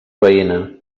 veïna